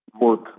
work